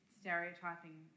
stereotyping